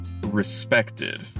respected